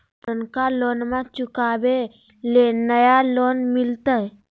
पुर्नका लोनमा चुकाबे ले नया लोन मिलते?